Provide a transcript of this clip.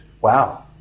Wow